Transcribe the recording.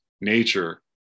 nature